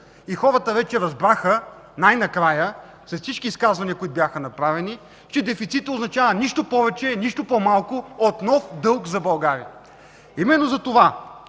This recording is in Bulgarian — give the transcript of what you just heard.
Хората вече разбраха най-накрая, след всички изказвания, които бяха направени, че дефицитът означава нищо повече и нищо по-малко от нов дълг за България. Именно затова